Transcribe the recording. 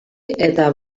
eta